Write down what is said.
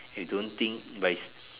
you don't think but it's